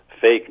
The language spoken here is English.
fake